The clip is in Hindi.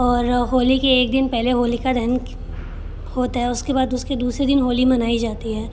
और होली के एक दिन पहले होलिका दहन होता है उसके बाद उसके दूसरे दिन होली मनाई जाती है